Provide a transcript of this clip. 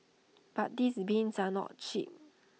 but these bins are not cheap